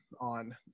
on